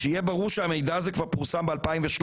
שיהיה ברור שהמידע הזה כבר פורסם ב-2013.